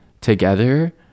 together